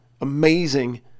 Amazing